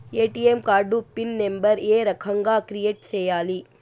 ATM card pin number ఏ రకంగా create సేయాలి